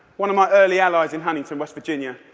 one of my early allies in huntington, west virginia.